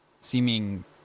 seeming